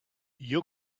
you